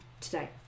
today